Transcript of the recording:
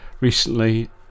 recently